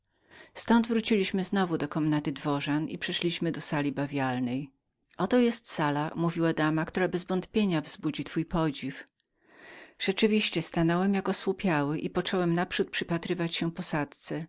ztąd wróciliśmy znowu do komnaty dworzan i przeszliśmy do sali bawialnej oto jest sala mówiła dama która bezwątpienia wzbudzi twoje podziwienie rzeczywiście stałem jak osłupiały i począłem naprzód przypatrywać się posadzce